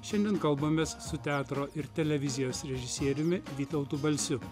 šiandien kalbamės su teatro ir televizijos režisieriumi vytautu balsiu